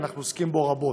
ואנחנו עוסקים בו רבות.